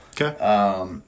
Okay